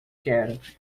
quero